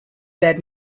that